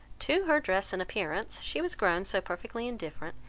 to her dress and appearance she was grown so perfectly indifferent,